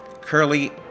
Curly